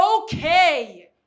okay